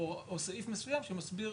או סעיף מסוים שמסביר